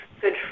good